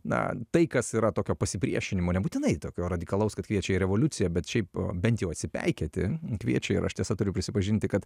na tai kas yra tokio pasipriešinimo nebūtinai tokio radikalaus kad kviečia į revoliuciją bet šiaip bent jau atsipeikėti kviečia ir aš tiesa turiu prisipažinti kad